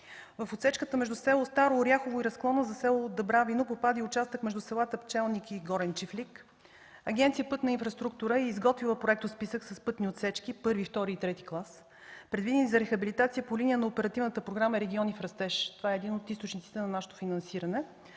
В отсечката между село Старо Оряхово и разклона за село Дъбравино попада участък между селата Пчелник и Горен Чифлик. Агенция „Пътна инфраструктура” е изготвила списък с пътни отсечки – първи, втори и трети клас, предвидени за рехабилитация по линия на Оперативната програма „Региони в растеж” – това е един от източниците на нашето финансиране,